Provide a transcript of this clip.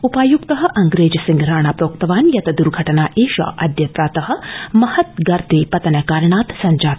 उपायुक्त अंग्रेज सिंह राणा प्रोक्तवान् यत् दुर्घटना एषा अद्य प्रात महत् गर्ते पतन कारणात् सञ्जाता